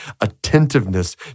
attentiveness